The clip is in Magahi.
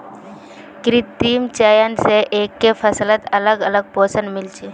कृत्रिम चयन स एकके फसलत अलग अलग पोषण मिल छे